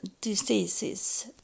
diseases